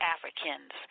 Africans